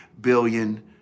billion